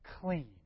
clean